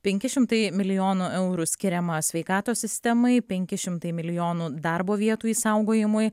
penki šimtai milijonų eurų skiriama sveikatos sistemai penki šimtai milijonų darbo vietų išsaugojimui